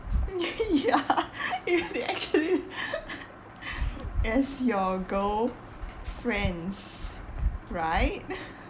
ya if they actually as your girlfriends right